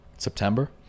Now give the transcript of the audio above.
September